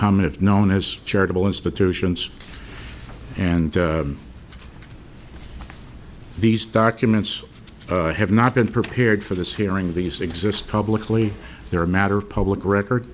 come of known as charitable institutions and if these documents have not been prepared for this hearing these exist publicly there are a matter of public record